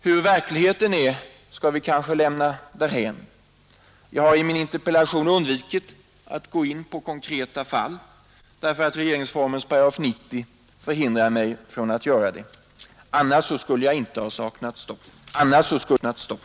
Hurudan verkligheten är skall vi kanske lämna därhän. Jag har i min interpellation undvikit att gå in på konkreta fall, därför att regeringsformens 8 90 hindrar mig att göra det. Annars skulle jag inte ha saknat stoff.